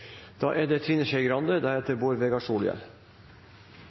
Da har Trine Skei Grande